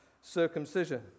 circumcision